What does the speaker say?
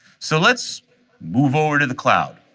so let's move over to the cloud.